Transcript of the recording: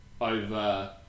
over